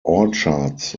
orchards